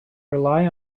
rely